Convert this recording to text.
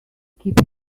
keep